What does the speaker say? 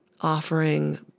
offering